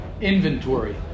inventory